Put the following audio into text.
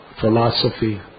philosophy